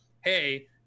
hey